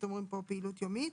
כשאתם אומרים פה פעילות יומית